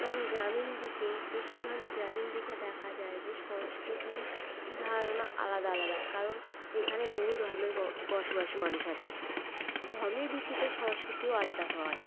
এবং গ্রামীণ দিকে বেশির ভাগই গ্রামীণ দিকে দেখা যায় যে সংস্কৃতির ধারণা আলাদা আলাদা কারণ এখানে বহু ধর্মের বসবাসী মানুষ আছে ধর্মের ভিত্তিতে সংস্কৃতিও আলাদা হয়